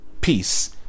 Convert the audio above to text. peace